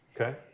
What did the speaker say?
Okay